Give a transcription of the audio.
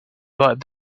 but